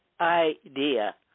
idea